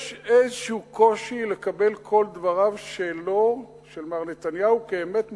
יש איזה קושי לקבל את כל דבריו של מר נתניהו כאמת מוחלטת.